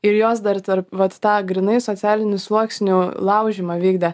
ir jos dar vat tą grynai socialinių sluoksnių laužymą vykdė